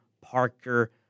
Parker